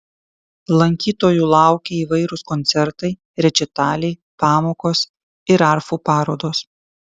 lankytojų laukia įvairūs koncertai rečitaliai pamokos ir arfų parodos